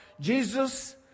Jesus